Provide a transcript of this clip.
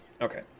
Okay